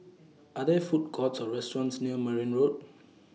Are There Food Courts Or restaurants near Merryn Road